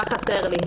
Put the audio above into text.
מה חסר לי?